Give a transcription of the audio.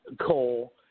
coal